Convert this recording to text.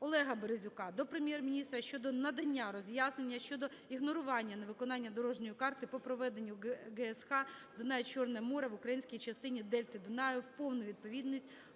Олега Березюка до Прем'єр-міністра щодо надання роз'яснення щодо ігнорування невиконання дорожньої карти по приведенню ГСХ Дунай - Чорне море в українській частині дельти Дунаю в повну відповідність